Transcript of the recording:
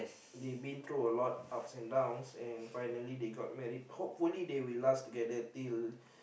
they been through a lot ups and downs and finally they got married hopefully they will last together till